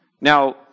Now